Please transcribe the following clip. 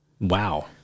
Wow